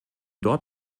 dort